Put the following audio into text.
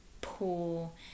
pool